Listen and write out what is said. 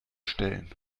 stellen